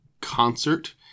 concert